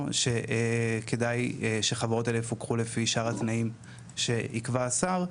או שכדאי שהחברות האלו יפוקחו לפי שאר התנאים שיקבע השר?